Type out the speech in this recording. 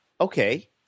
Okay